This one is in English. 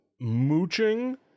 mooching